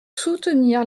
soutenir